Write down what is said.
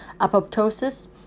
Apoptosis